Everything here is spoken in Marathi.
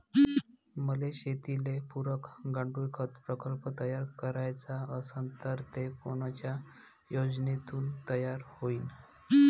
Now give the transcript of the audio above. मले शेतीले पुरक गांडूळखत प्रकल्प तयार करायचा असन तर तो कोनच्या योजनेतून तयार होईन?